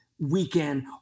weekend